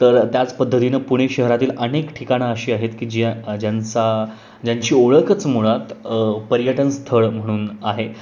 तर त्याच पद्धतीनं पुणे शहरातील अनेक ठिकाणं अशी आहेत की ज्या ज्यांचा ज्यांची ओळखच मुळात पर्यटन स्थळ म्हणून आहे